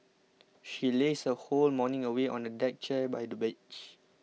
she lazed her whole morning away on a deck chair by the beach